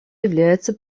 является